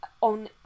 on